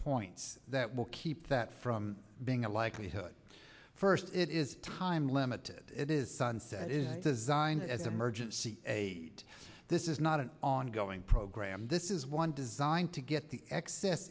points that will keep that from being a likelihood first it is time limited it is sunset is designed as emergency aid this is not an ongoing program this is one designed to get the excess